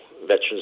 Veterans